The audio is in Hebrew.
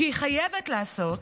שהיא חייבת לעשות,